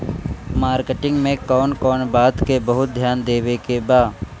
Marketing मे कौन कौन बात के बहुत ध्यान देवे के बा?